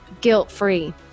guilt-free